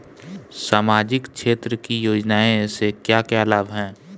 सामाजिक क्षेत्र की योजनाएं से क्या क्या लाभ है?